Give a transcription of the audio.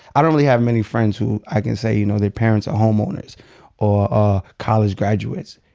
i don't really have many friends who i can say, you know, their parents are homeowners or ah college graduates.